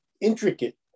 intricate